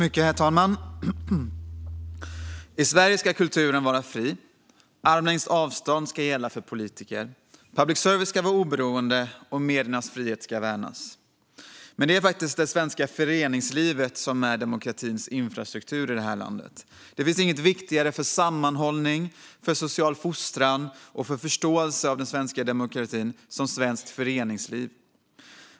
Herr talman! I Sverige ska kulturen vara fri. Armlängds avstånd ska gälla för politiker. Public service ska vara oberoende, och mediernas frihet ska värnas. Men det är det svenska föreningslivet som är demokratins infrastruktur. Det finns inget viktigare för sammanhållning, social fostran och förståelse för den svenska demokratin än svenskt föreningsliv.